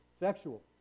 sexual